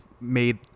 made